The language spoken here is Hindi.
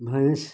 भैंस